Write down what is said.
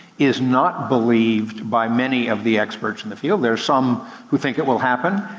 is not believed by many of the experts in the field. there's some who think it will happen.